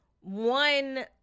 one